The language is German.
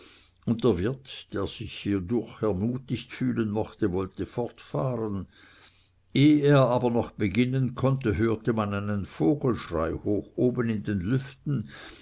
und der wirt der sich hierdurch ermutigt fühlen mochte wollte fortfahren eh er aber beginnen konnte hörte man einen vogelschrei hoch oben in den lüften